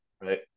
Right